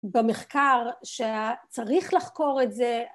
במחקר שצריך לחקור את זה